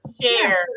share